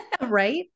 right